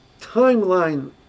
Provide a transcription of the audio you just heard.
timeline